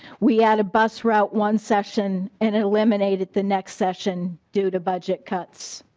we had a bus route one session and eliminated the next session due to budget costs.